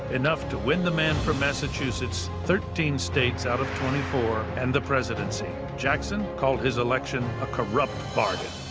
enough to win the man from massachusetts thirteen states out of twenty four and the presidency. jackson called his election a corrupt bargain.